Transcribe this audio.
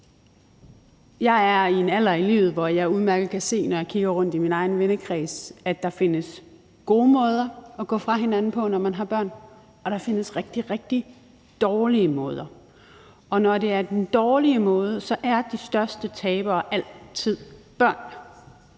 Jeg er i en alder i livet, hvor jeg udmærket, når jeg kigger rundt i min egen vennekreds, kan se, at der findes gode måder at gå fra hinanden på, når man har børn, og at der findes rigtig, rigtig dårlige måder. Og når det er den dårlige måde, så er de største tabere altid børnene.